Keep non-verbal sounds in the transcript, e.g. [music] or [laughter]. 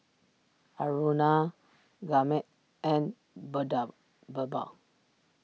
Aruna Gurmeet and [unintelligible] Birbal